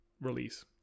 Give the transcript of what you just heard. release